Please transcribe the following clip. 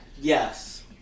Yes